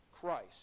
Christ